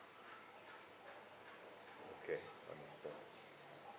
okay understand